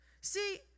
See